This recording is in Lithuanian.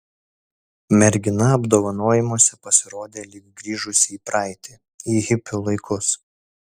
mergina apdovanojimuose pasirodė lyg grįžusi į praeitį į hipių laikus